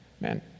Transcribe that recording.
Man